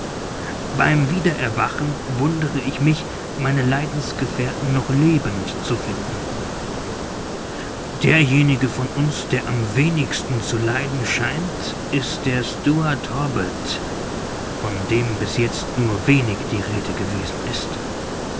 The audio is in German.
beim wiedererwachen wundere ich mich meine leidensgefährten noch lebend zu finden derjenige von uns der am wenigsten zu leiden scheint ist der steward hobbart von dem bis jetzt nur wenig die rede gewesen ist